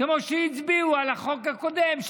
כמו שהצביעו על החוק הקודם,